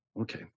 Okay